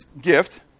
gift